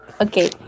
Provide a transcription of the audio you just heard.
Okay